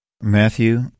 Matthew